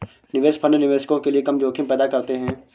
निवेश फंड निवेशकों के लिए कम जोखिम पैदा करते हैं